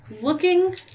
looking